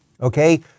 okay